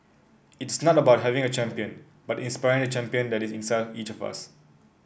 it's not about having a champion but inspiring the champion that is inside each of us